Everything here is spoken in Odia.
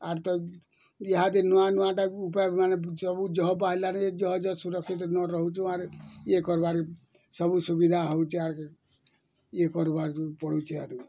ଆର ତ ଇହାଦେ ନୂଆ ନୂଆ ଉପାୟମାନ୍ ସବୁ ଜହ ଆଇଲନି ଜହଜହ ସୁରକ୍ଷିତ ରହୁଛି ଇଏ କର୍ବାର୍କେ ସବୁ ସୁବିଧା ହେଉଛି ଆର୍କେ ଇଏ କର୍ବାକେ ପଡୁଛେ ଆରୁ